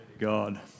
God